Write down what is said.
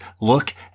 look